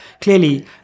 clearly